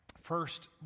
First